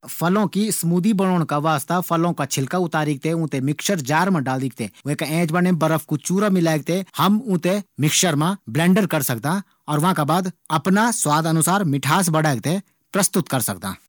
फलों की स्मूदी बणोंण का वास्ता फलों का छिलका उतारी थें ऊँ थें मिक्सचर जार मा डालिक विका ऐंच बर्फ कू चूरा डालिक ऊँ थें मिक्सचर मा ब्लेंडर करी सकदां। और वाँका बाद अपना स्वाद का अनुसार मिठास बढ़े थें प्रस्तुत कर सकदां।